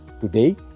Today